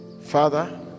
father